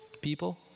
people